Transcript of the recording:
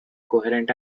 coherent